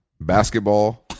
Basketball